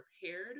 prepared